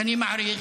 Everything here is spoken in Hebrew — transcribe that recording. שאני מעריך,